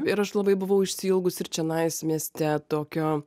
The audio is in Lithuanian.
ir aš labai buvau išsiilgus ir čianais mieste tokio